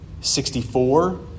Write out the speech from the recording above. sixty-four